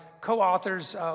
co-authors